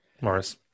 Morris